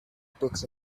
books